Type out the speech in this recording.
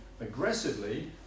aggressively